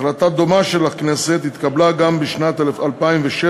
החלטה דומה של הכנסת התקבלה גם בשנת 2007,